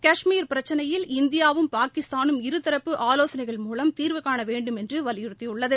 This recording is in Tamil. கஷ்மீர் பிரச்சினையில் இந்தியாவும் பாகிஸ்தானும் இருதரப்பு ஆலோசனைகள் மூலம் தீர்வுகாண வேண்டுமென்று வலியுறத்தியுள்ளது